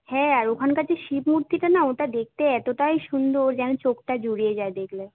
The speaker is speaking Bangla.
হ্যাঁ আর ওখানকার যে সিঁদুর দিতে না ওটা দেখতে এতটাই সুন্দর যেন চোখটা জুড়িয়ে যায় দেখলে